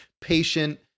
patient